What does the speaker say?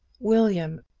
william,